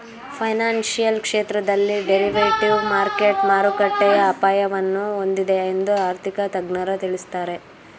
financial ಕ್ಷೇತ್ರದಲ್ಲಿ derivative market ಮಾರುಕಟ್ಟೆಯ ಅಪಾಯವನ್ನು ಹೊಂದಿದೆ ಎಂದು ಆರ್ಥಿಕ ತಜ್ಞರು ತಿಳಿಸುತ್ತಾರೆ